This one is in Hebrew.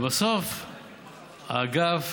ובסוף האגף